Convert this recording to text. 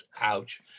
Ouch